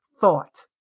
thought